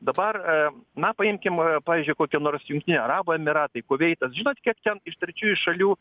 dabar na paimkim pavyzdžiui kokią nors jungtiniai arabų emyratai kuveitas žinot kiek ten iš trečiųjų šalių